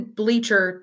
bleacher